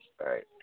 right